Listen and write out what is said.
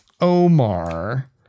Omar